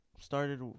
started